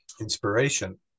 inspiration